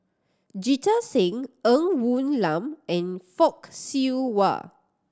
Jita Singh Ng Woon Lam and Fock Siew Wah